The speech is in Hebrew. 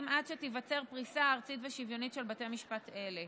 עד שתיווצר פריסה ארצית ושוויונית של בתי משפט אלה.